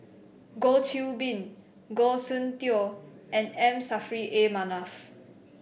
Goh Qiu Bin Goh Soon Tioe and M Saffri A Manaf